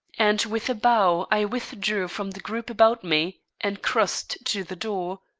and with a bow i withdrew from the group about me and crossed to the door.